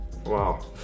Wow